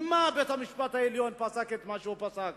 ממה בית-המשפט העליון פסק את מה שפסק?